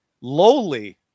lowly